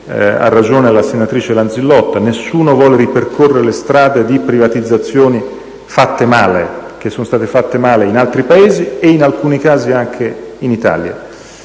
ha ragione la senatrice Lanzillotta - nessuno vuole ripercorrere le strade di privatizzazioni fatte male, che sono state fatte male in altri Paesi e in alcuni casi anche in Italia.